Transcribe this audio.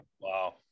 wow